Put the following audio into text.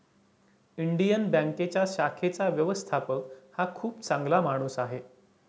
Indian बँकेच्या शाखेचा व्यवस्थापक हा खूप चांगला माणूस आहे